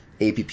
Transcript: APP